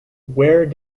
where